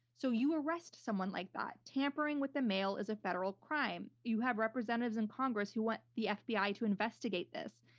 so you arrest someone like that. tampering with the mail is a federal crime. you have representatives in congress who want the fbi to investigate this.